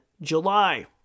July